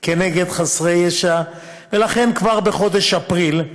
נגד חסרי ישע, ולכן, כבר בחודש אפריל,